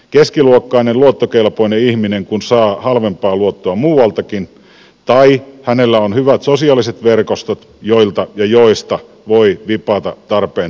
keskiluokkainen luottokelpoinen ihminen kun saa halvempaa luottoa muualtakin tai hänellä on hyvät sosiaaliset verkostot joilta ja joista voi vipata tarpeen tullen